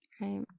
Right